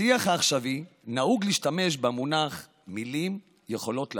בשיח העכשווי נהוג להשתמש באמרה "מילים יכולות להרוג".